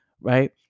right